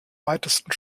weitesten